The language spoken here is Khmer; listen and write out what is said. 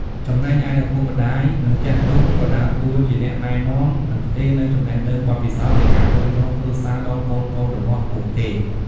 ចំណែកឯ ឪពុកម្តាយ និងចាស់ទុំក៏ដើរតួជាអ្នកណែនាំ និងផ្ទេរនូវចំណេះដឹងបទពិសោធន៍នៃការគ្រប់គ្រងគ្រួសារដល់កូនៗរបស់ពួកគេ។